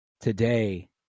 Today